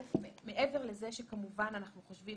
מעבר לזה שכמובן אנחנו חושבים,